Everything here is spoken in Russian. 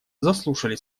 заслушали